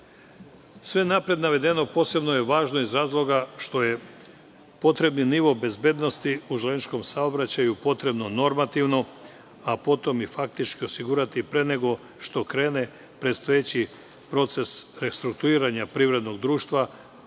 itd. Sve napred navedeno posebno je važno iz razloga što je potrebni nivo bezbednosti u železničkom saobraćaju potrebno normativno, a potom i faktički osigurati pre nego što krene predstojeći proces restruktuiranja privrednog društva